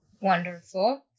Wonderful